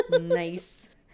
nice